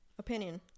opinion